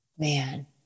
Man